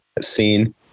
scene